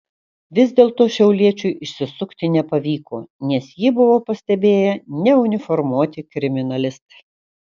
vis dėlto šiauliečiui išsisukti nepavyko nes jį buvo pastebėję neuniformuoti kriminalistai